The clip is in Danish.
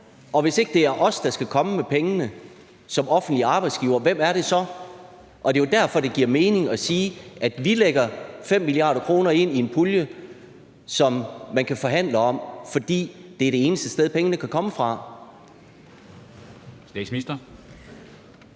og hvis ikke det er os, der skal komme med pengene som offentlig arbejdsgiver, hvem er det så? Det er jo derfor, det giver mening at sige, at vi lægger 5 mia. kr. ind i en pulje, som man kan forhandle om, fordi det er det eneste sted, pengene kan komme fra. Kl.